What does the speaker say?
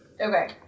Okay